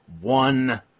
one